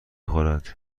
خورد